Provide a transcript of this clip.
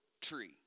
tree